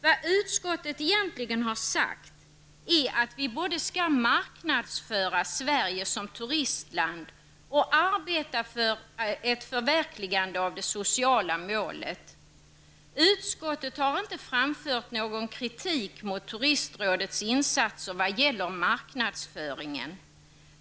Vad utskottet egentligen har sagt är att vi både skall marknadsföra Sverige som turistland och arbeta för ett förverkligande av det sociala målet. Utskottet har inte famfört någon kritik mot turistrådets insatser vad gäller marknadsföringen.